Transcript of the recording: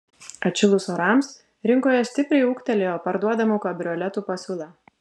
atšilus orams rinkoje stipriai ūgtelėjo parduodamų kabrioletų pasiūla